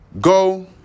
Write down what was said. Go